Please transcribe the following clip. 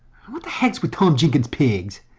what the heck's with tom jenkin's pigs?